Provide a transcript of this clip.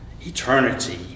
Eternity